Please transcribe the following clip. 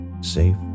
safe